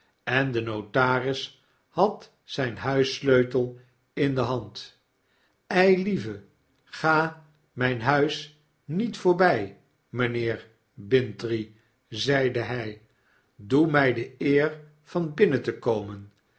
en de notaris had zgn huissleutel in de hand eilieve ga mp huis niet voorby mynheer bintrey zeide hj doe my de eer van binnen te komen